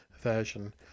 version